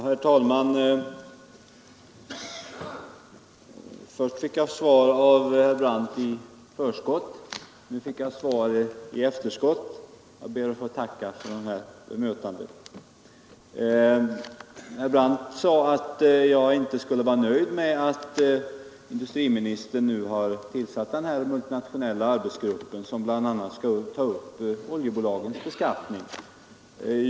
Herr talman! Först fick jag svar av herr Brandt i förskott, nu fick jag svar i efterskott. Jag ber att få tacka för detta bemötande. Herr Brandt sade att jag inte var nöjd med att industriministern har tillsatt arbetsgruppen för de multinationella företagen, vilken bl.a. skall ta upp oljebolagens beskattning.